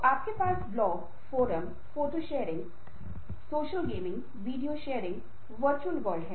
सहानुभूति दूसरों को समझने की क्षमता है